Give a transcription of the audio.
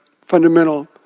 fundamental